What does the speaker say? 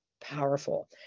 powerful